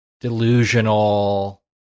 delusional